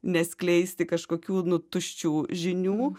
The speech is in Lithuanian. neskleisti kažkokių nu tuščių žinių